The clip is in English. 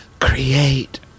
create